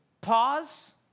pause